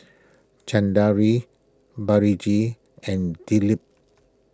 Balaji and Dilip